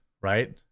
right